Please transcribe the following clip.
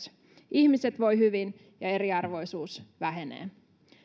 ihmiset voivat hyvin ja eriarvoisuus vähenee